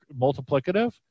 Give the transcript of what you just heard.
multiplicative